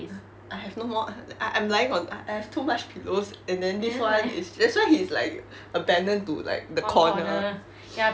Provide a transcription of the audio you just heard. I have no more uh err I'm lying on ah I have too much pillows and then this [one] is just that's why he's like abandoned to like the corner